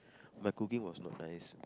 my cooking was not nice